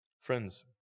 Friends